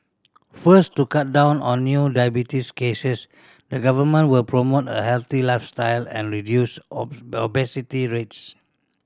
first to cut down on new diabetes cases the Government will promote a healthy lifestyle and reduce obesity rates